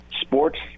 Sports